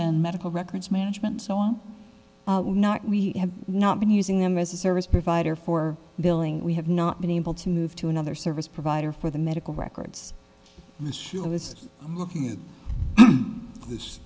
and medical records management so i am not we have not been using them as a service provider for billing we have not been able to move to another service provider for the medical records i was looking at this